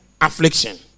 affliction